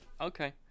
okay